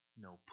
no